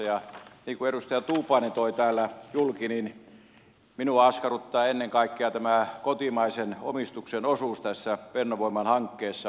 ja niin kuin edustaja tuupainen toi täällä saman julki minuakin askarruttaa ennen kaikkea tämä kotimaisen omistuksen osuus tässä fennovoiman hankkeessa